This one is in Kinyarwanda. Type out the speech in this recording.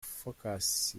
phocas